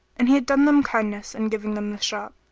and he had done them kindness in giving them the shop.